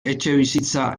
etxebizitza